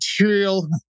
material